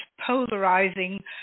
polarizing